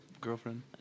girlfriend